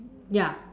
ya